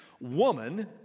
Woman